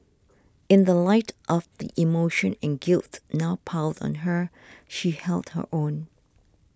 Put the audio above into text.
in the light of the emotion and guilt now piled on her she held her own